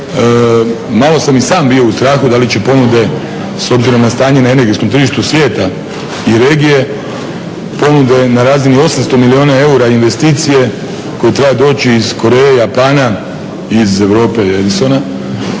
malo sam i sam bio u strahu da li će ponude, s obzirom na stanje na energetskom tržištu svijeta i regije, ponude na razini 800 milijuna eura investicije koja treba doći iz Koreje, Japana, iz Europe …, da